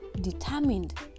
determined